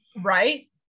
Right